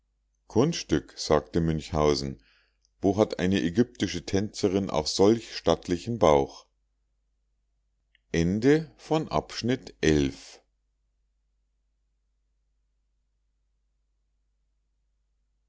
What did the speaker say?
kunststück sagte münchhausen wo hat eine ägyptische tänzerin auch solch stattlichen bauch